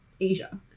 Asia